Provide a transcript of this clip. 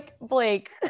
Blake